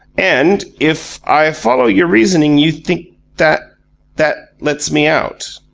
and, if i follow your reasoning, you think that that lets me out?